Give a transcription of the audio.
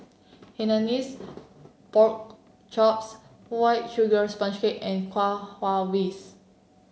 Hainanese Pork Chops White Sugar Sponge Cake and Kuih Kaswi